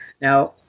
Now